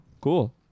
cool